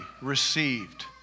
received